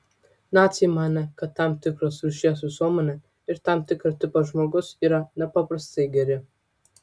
naciai manė kad tam tikros rūšies visuomenė ir tam tikro tipo žmogus yra nepaprastai geri